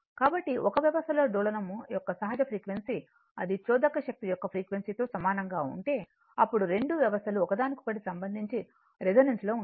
కాబట్టి ఒక వ్యవస్థ లో డోలనం యొక్క సహజ ఫ్రీక్వెన్సీ అది చోదక శక్తి యొక్క ఫ్రీక్వెన్సీ తో సమానంగా ఉంటే అప్పుడు రెండు వ్యవస్థలు ఒకదానికొకటి సంబంధించి రెసోనెన్స్ లో ఉంటాయి